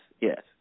yes